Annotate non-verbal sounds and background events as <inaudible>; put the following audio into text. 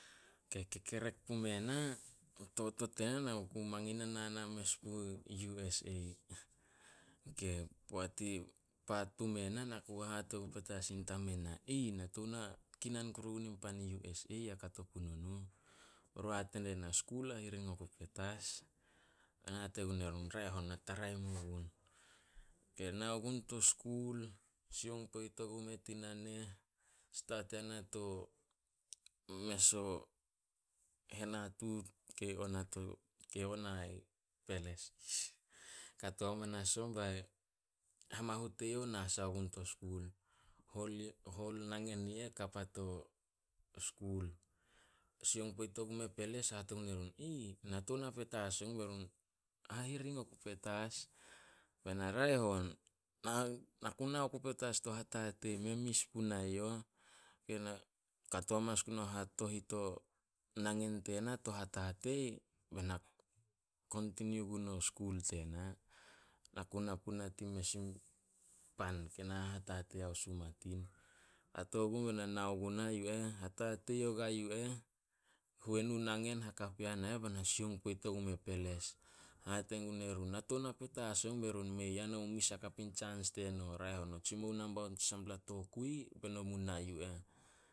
<unintelligible> Kekerek pume na, totot tena, na ku mangin nana mes pui USA. <unintelligible> Poat i paat pume na, na ku hahate oku petas in tamen na, "Aih, na tou na kinan kuru gun pan i USA, ya kato puno nuh." Berun hate diena, "Skul hahiring oku petas." Bena hate gun erun, "Raeh on, na taraim ogun." Ok, nao gun to skul, sioung poit ogumeh tina neh. Stat yana to mes o henatuut <unintelligible> kei on ai peles. <noise> Kato hamanas on bae, hamahu teyouh na sai gun to skul. <unintelligible> Hol nangen i eh kap ato skul. Sioung poit ogumeh peles hate gun erun, "Aih, na tou na petas ogun." Be run, "Hahiring oku petas" Bae na, "Raeh on." <unintelligible> Na ku nao ku petas to hatatei, mei mis punae youh. <unintelligible> Kato hamanas gun o hatohit o nangen tena to hatatei, be na kontiniu gun o skul tena. Na ku na puna tin mes in pan kei na hatatei ao sumatin. Kato gun be na nao guna yu eh, hatatei ogua yu eh. Huenu nangen hakap yana eh be na sioung poit ogumeh peles. Hate gun erun, "Na tou na petas ogun." Be run, "Mei ah, nomu mis hakap in tsans teno. Raeh on no tsimou nambaut tsi sampla tokui be no mu nah yu eh.